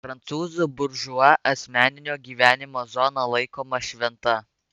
prancūzų buržua asmeninio gyvenimo zona laikoma šventa